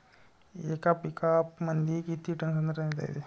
येका पिकअपमंदी किती टन संत्रा नेता येते?